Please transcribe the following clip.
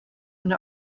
and